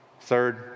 Third